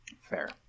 Fair